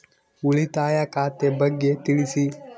ಉಳಿತಾಯ ಖಾತೆ ಬಗ್ಗೆ ತಿಳಿಸಿ?